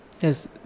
Yes